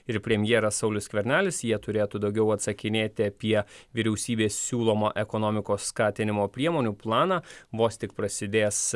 ir premjeras saulius skvernelis jie turėtų daugiau atsakinėti apie vyriausybės siūlomo ekonomikos skatinimo priemonių planą vos tik prasidės